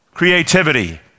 Creativity